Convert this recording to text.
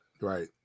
right